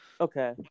okay